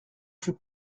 fut